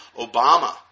Obama